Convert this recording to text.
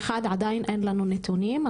עדיין אין לנו נתונים לשנת 2021,